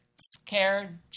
scared